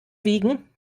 wiegen